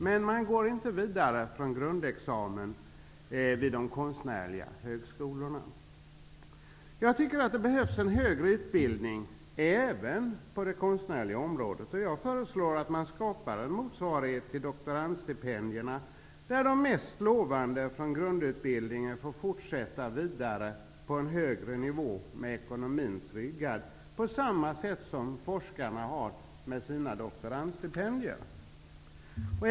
Men man går inte vidare från grundexamen till de konstnärliga högskolorna. Jag tycker att det behövs en högre utbildning även på det konstnärliga området. Jag föreslår att man skapar en motsvarighet till doktorandstipendierna, där de mest lovande från grundutbildningen får fortsätta vidare på en högre nivå med ekonomin tryggad, på samma sätt som forskarna med sina doktorandstipendier.